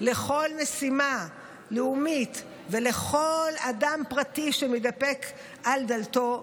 לכל משימה לאומית ולכל אדם פרטי שמתדפק על דלתו,